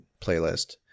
playlist